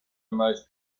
most